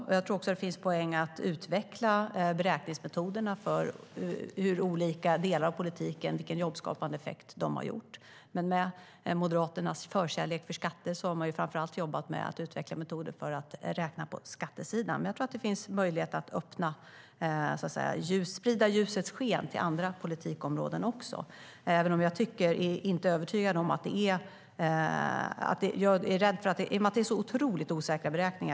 Det finns en poäng med att utveckla beräkningsmetoderna för vilken jobbskapande effekt olika delar av politiken har haft. Men Moderaterna, med sin förkärlek för skatter, har framför allt jobbat med att utveckla metoder för att räkna på skattesidan. Jag tror att det finns möjlighet att sprida ljusets sken till andra politikområden också. Det är dock otroligt osäkra beräkningar.